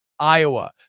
Iowa